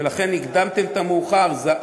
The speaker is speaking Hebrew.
ולכן הקדמתם את המאוחר.